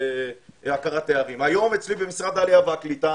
היום אצלי במשרד העלייה והקליטה